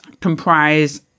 comprise